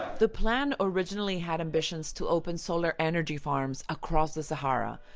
the plan originally had ambitions to open solar energy farms across the sahara,